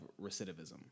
recidivism